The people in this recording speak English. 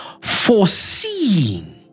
foreseeing